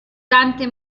tante